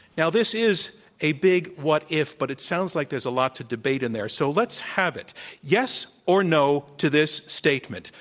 now, this is a big what if but it sounds like there's a lot to debate in there. so let's have yes or no to this statement,